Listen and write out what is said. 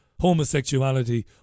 homosexuality